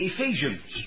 Ephesians